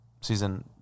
Season